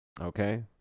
Okay